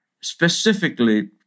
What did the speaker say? specifically